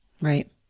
Right